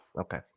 Okay